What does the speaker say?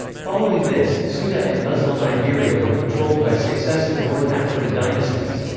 following this, ceuta and muslim iberia were controlled by successive north african dynasties.